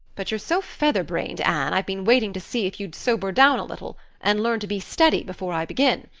but you're so featherbrained, anne, i've been waiting to see if you'd sober down a little and learn to be steady before i begin.